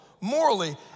Morally